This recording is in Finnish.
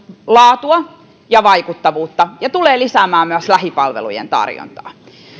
laatua ja vaikuttavuutta ja lisäämään myös lähipalvelujen tarjontaa